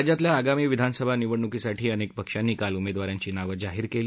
राज्यातल्या आगामी विधानसभा निवडणुकीसाठी अनेक पक्षांनी काल उमेदवारांची नावं जाहीर केली